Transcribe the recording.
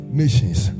nations